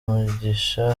mugisha